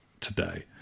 today